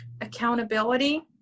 Accountability